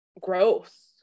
growth